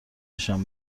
نشان